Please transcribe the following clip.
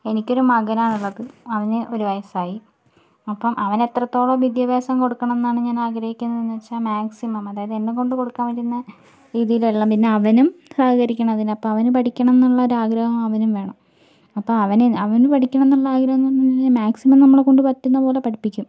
എനിക്കൊരു മകനാണ് ഉള്ളത് അവന് ഒരു വയസ്സായി അപ്പം അവനെത്രത്തോളം വിദ്യാഭ്യാസം കൊടുക്കണം എന്നാണ് ഞാൻ ആഗ്രഹിക്കുന്നതെന്നു വച്ചാൽ മാക്സിമം അതായത് എന്നെക്കൊണ്ട് കൊടുക്കാൻ പറ്റുന്ന ഇതിലെല്ലം പിന്നെ അവനും സഹകരിക്കണം അതിന് അവന് പഠിക്കണം എന്നുള്ള ഒരു ആഗ്രഹം അവനും വേണം അപ്പോൾ അവന് അവന് പഠിക്കണം എന്നുള്ള ആഗ്രഹം എന്നു പറഞ്ഞാൽ മാക്സിമം നമ്മളെക്കൊണ്ട് പറ്റുന്ന പോലെ പഠിപ്പിക്കും